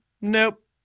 nope